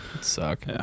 Suck